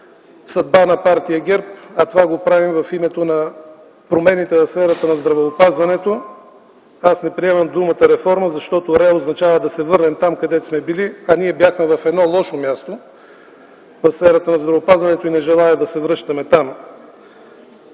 съдба на партия ГЕРБ, а го правим в името на промените в сферата на здравеопазването. Не приемам думата „реформа”, защото частицата „ре” означава да се върнем там, където сме били, а ние бяхме на едно лошо място в сферата на здравеопазването и не желая да се връщаме там!